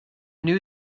new